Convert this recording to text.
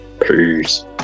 Peace